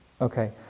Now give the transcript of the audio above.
Okay